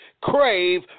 Crave